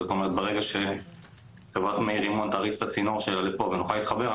זאת אומרת ברגע שחברת מרימון תריץ את הצינור שלה לפה ונוכל להתחבר,